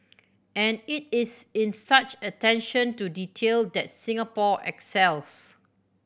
and it is in such attention to detail that Singapore excels